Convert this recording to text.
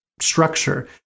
structure